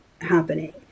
happening